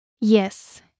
Yes